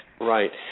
Right